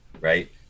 right